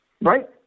Right